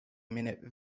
minute